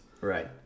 Right